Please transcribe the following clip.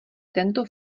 tento